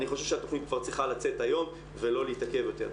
אני חושב שהתכנית כבר צריכה לצאת היום ולא להתעכב יותר.